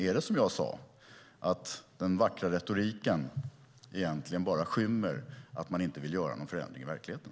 Är det så, som jag sade, att den vackra retoriken egentligen bara skymmer att man inte vill göra någon förändring i verkligheten?